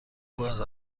باز